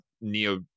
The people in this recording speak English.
Neo